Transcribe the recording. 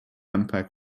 mpeg